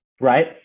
Right